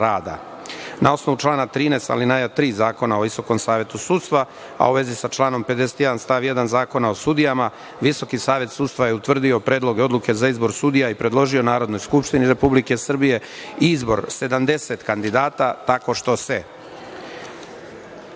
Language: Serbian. osnovu člana 13. alineja 3. Zakona o visokom savetu sudstva, a u vezi sa članom 51. stav 1. Zakona o sudijama, Visoki savet sudstva je utvrdio predloge odluke za izbor sudija i predložio Narodnoj skupštini Republike Srbije izbor 70 kandidata, tako što se